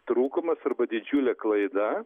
trūkumas arba didžiulė klaida